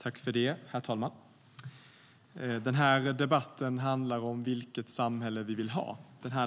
Herr talman! Debatten handlar om vilket samhälle vi vill ha.